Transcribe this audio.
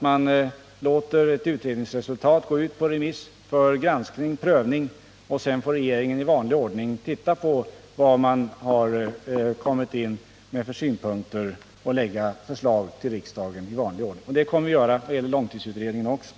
Man låter ett utredningsresultat gå ut på remiss för granskning och prövning, och sedan får regeringen titta på dessa synpunkter och i vanlig ordning lägga fram förslag för riksdagen. Det kommer vi att göra med långtidsutredningen också.